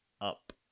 up